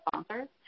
sponsors